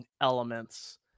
elements